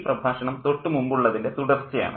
ഈ പ്രഭാഷണം തൊട്ടുമുമ്പുള്ളതിൻ്റെ തുടർച്ചയാണ്